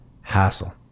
hassle